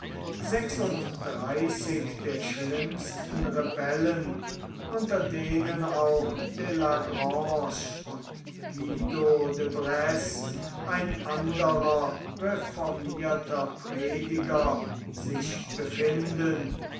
sechsunddreißig der schlimmsten rebellen unter denen auch le grange und guido de bresse ein anderer reformierter prediger sich befinden